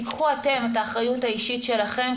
תיקחו אתם את האחריות האישית שלכם.